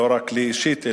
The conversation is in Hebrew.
לא רק לי אישית,